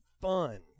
fun